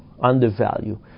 undervalue